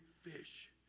fish